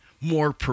more